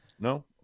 No